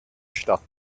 statt